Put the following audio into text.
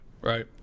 Right